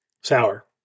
sour